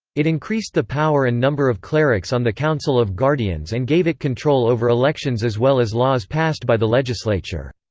it increased the power and number of clerics on the council of guardians and gave it control over elections as well as laws passed by the legislature.